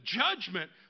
judgment